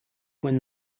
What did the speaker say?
when